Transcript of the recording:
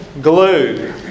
glue